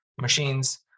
machines